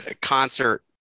concert